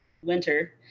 winter